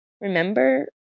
remember